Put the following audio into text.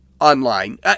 online